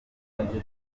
jenoside